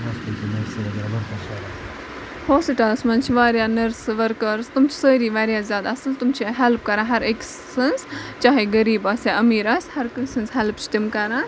ہوسپٹَلَس منٛز چھِ واریاہ نٔرسہٕ وٕرکٲرٕز تم چھِ سٲری واریاہ زیادٕ اَصٕل تم چھِ ہٮ۪لٕپ کَران ہر أکۍ سٕںٛز چاہے غریٖب آسہِ یا امیٖر آسہِ ہرکٲنٛسہِ ہِنٛز ہٮ۪لٕپ چھِ تِم کَران